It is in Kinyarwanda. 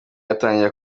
atangira